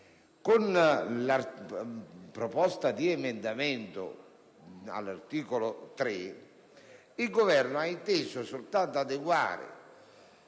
con la proposta di emendamento 3.100 il Governo ha inteso soltanto adeguare